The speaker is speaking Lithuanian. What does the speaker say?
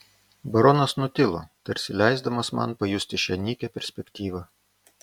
baronas nutilo tarsi leisdamas man pajusti šią nykią perspektyvą